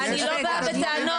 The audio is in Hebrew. אני לא בעד הטענות,